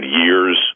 years